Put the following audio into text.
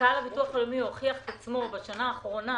מנכ"ל הביטוח הלאומי הוכיח את עצמו בשנה האחרונה